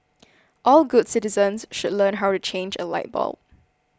all good citizens should learn how to change a light bulb